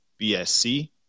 BSC